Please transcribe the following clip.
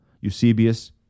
Eusebius